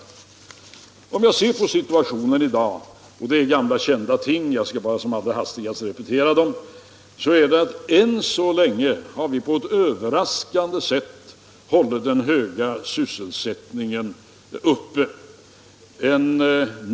När jag ser på situationen i dag så är det fråga om gamla kända ting som jag som hastigast skall repetera. Ännu så länge har vi på ett överraskande sätt hållit den höga sysselsättningen uppe.